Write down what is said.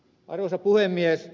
arvoisa puhemies